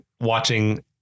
watching